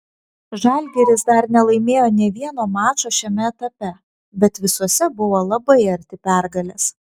žalgiris dar nelaimėjo nė vieno mačo šiame etape bet visuose buvo labai arti pergalės